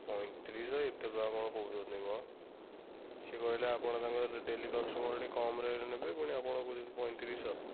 ପଞ୍ଚତିରିଶିଶହ ଏତେ ଟଙ୍କା କ'ଣ କହୁଛନ୍ତି ମ ସେ କହିଲେ ଆପଣ ତାଙ୍କର ଡେଲି କଷ୍ଟମର୍ କମ୍ରେ ନେବେ ପୁଣି ଆପଣ କହୁଛନ୍ତି ପଞ୍ଚତିରିଶିଶହ